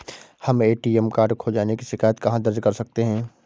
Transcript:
हम ATM card खो जाने की शिकायत कहाँ दर्ज कर सकते हैं?